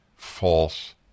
false